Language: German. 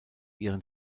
ihren